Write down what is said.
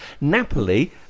Napoli